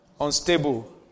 Unstable